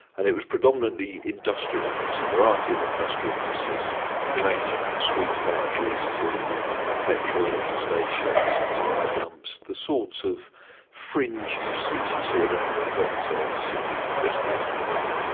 and it was predominantly industrial in use, a variety of industrial uses ranging from sweet factories to petrol stations, tyre dumps, the sorts of fringe uses you see around a lot of cities across the western world.